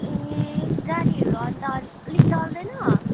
ए गाडीहरू अन्त अलिक अलिक चल्दैन